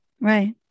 Right